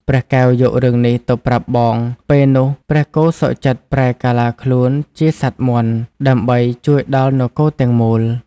ព្រះកែវយករឿងនេះទៅប្រាប់បង ពេលនោះព្រះគោសុខចិត្តប្រែកាឡាខ្លួនជាសត្វមាន់ដើម្បីជួយដល់នគរទាំងមូល ។